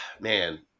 man